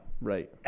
Right